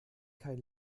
kein